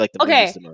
okay